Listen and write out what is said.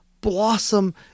blossom